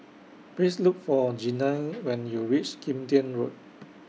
Please Look For Jeanine when YOU REACH Kim Tian Road